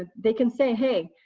ah they can say, hey,